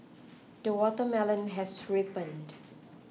the watermelon has ripened